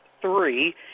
three